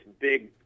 big